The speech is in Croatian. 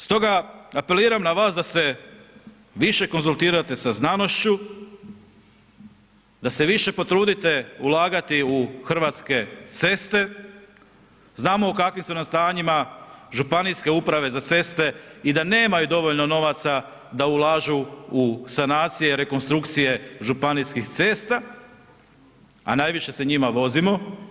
Stoga apeliram na vas da se više konzultirate sa znanošću, da se više potrudite ulagati u hrvatske ceste, znamo u kakvim su nam stanjima Županijske uprave za ceste i da nemaju dovoljno novaca da ulažu u sanacije, rekonstrukcije županijskih cesta a najviše se njima vozimo.